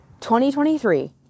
2023